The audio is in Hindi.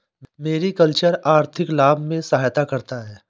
मेरिकल्चर आर्थिक लाभ में सहायता करता है